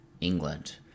England